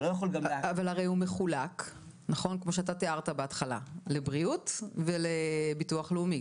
אבל הוא הרי מחולק לבריאות ולביטוח לאומי,